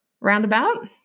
Roundabout